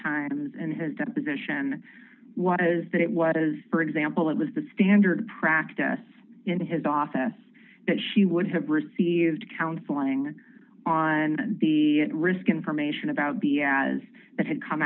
times and his deposition was that it was for example it was the standard practice in his office that she would have received counseling on the risk information about the as it had come